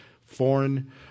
foreign